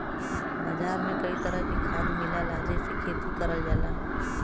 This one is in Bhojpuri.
बाजार में कई तरह के खाद मिलला जेसे खेती करल जाला